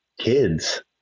kids